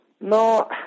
No